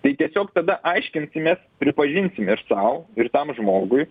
tai tiesiog tada aiškinsimės pripažinsime ir sau ir tam žmogui